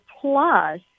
plus